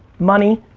money,